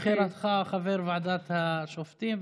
ברכות על בחירתך לחבר הוועדה למינוי שופטים.